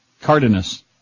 Cardenas